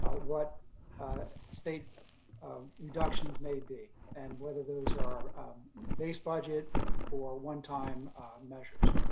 ah what state reductions may be, and whether those are base budget or one time measures.